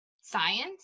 science